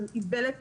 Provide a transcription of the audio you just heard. שזאת איוולת